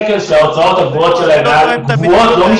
שההוצאות הקבועות שלהם לא משתנות.